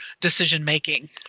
decision-making